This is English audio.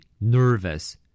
Nervous